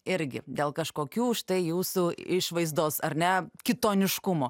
irgi dėl kažkokių štai jūsų išvaizdos ar ne kitoniškumo